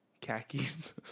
Khakis